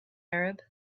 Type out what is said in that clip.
arab